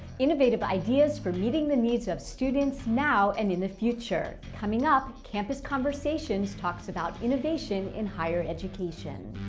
innovative ideas for meeting the needs of students now and in the future. coming up, campus conversations talks about innovation in higher education.